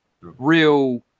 real